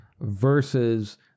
versus